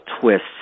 twists